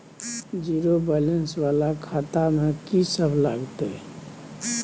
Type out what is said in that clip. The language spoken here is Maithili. जीरो बैलेंस वाला खाता में की सब लगतै?